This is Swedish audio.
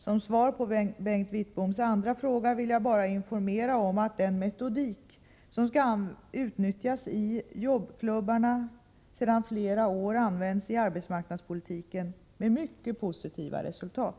Som svar på Bengt Wittboms andra fråga vill jag bara informera om att den metodik som skall utnyttjas i jobbklubbarna, sedan flera år används i arbetsmarknadspolitiken med mycket positiva resultat.